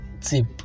tip